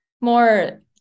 more